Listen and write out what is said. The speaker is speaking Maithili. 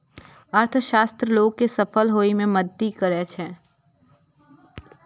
अर्थशास्त्र लोग कें सफल होइ मे मदति करै छै